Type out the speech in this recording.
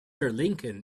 lincoln